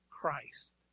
Christ